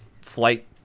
flight